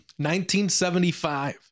1975